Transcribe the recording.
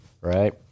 right